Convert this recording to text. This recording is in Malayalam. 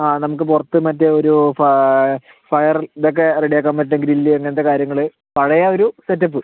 ആ നമുക്ക് പുറത്ത് മറ്റേയൊരു ഫാ ഫൈറൽ ഇതൊക്കെ റെഡിയാക്കാൻ പറ്റുന്ന ഗ്രില്ല് അങ്ങനത്തെ കാര്യങ്ങള് പഴയ ഒരു സെറ്റപ്പ്